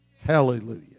Hallelujah